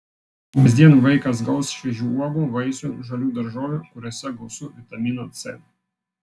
kasdien vaikas gaus šviežių uogų vaisių žalių daržovių kuriose gausu vitamino c